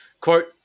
Quote